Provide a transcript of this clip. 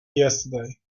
yesterday